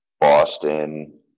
Boston